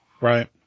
Right